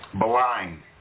blind